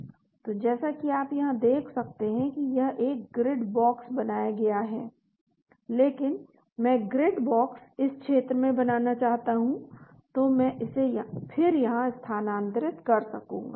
तो जैसा कि आप यहां देख सकते हैं कि यह एक ग्रिड बॉक्स बनाया गया है लेकिन मैं ग्रिड बॉक्स इस क्षेत्र में बनाना चाहता हूं तो मैं इसे फिर यहां स्थानांतरित कर सकूंगा